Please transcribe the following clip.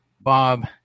Bob